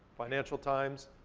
financial times,